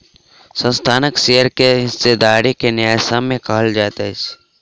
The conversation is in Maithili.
संस्थानक शेयर के हिस्सेदारी के न्यायसम्य कहल जाइत अछि